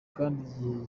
kandi